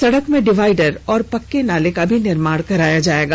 सड़क में डिवाइडर और पक्के नाले का भी निर्माण कराया जायेगा